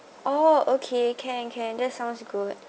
oh okay can can that sounds good